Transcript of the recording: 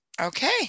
Okay